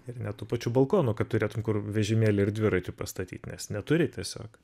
ir net tų pačių balkonų kad turėtum kur vežimėlį ir dviratį pastatyt nes neturi tiesiog